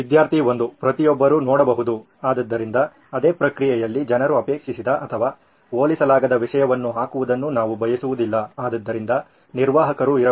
ವಿದ್ಯಾರ್ಥಿ 1 ಪ್ರತಿಯೊಬ್ಬರೂ ನೋಡಬಹುದು ಆದ್ದರಿಂದ ಅದೇ ಪ್ರಕ್ರಿಯೆಯಲ್ಲಿ ಜನರು ಅಪೇಕ್ಷಿಸದ ಅಥವಾ ಹೋಲಿಸಲಾಗದ ವಿಷಯವನ್ನು ಹಾಕುವುದನ್ನು ನಾವು ಬಯಸುವುದಿಲ್ಲ ಆದ್ದರಿಂದ ನಿರ್ವಾಹಕರು ಇರಬೇಕು